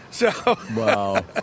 Wow